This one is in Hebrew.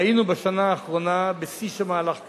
והיינו בשנה האחרונה בשיא של מהלך כזה.